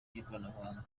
by’ikoranabuhanga